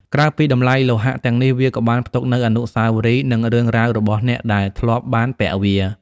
ក្រៅពីតម្លៃលោហៈទាំងនេះ វាក៏បានផ្ទុកនូវ អនុស្សាវរីយ៍ និង រឿងរ៉ាវ របស់អ្នកដែលធ្លាប់បានពាក់វា។